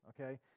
okay